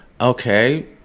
okay